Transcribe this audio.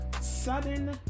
sudden